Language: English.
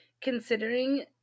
Considering